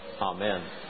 Amen